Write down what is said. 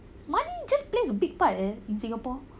money just plays a big part eh in singapore